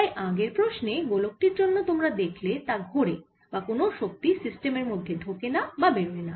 তাই আগের প্রশ্নে গোলক টির জন্য তোমরা দেখলে তা ঘোরে বা কোন শক্তি সিস্টেমের মধ্যে ঢোকে না বা বেরোয় না